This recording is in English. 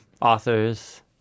authors